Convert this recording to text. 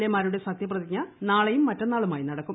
A മാരുടെ സത്യപ്രതിജ്ഞ നാളെയും മറ്റന്നാളുമായി നടക്കും